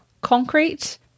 concrete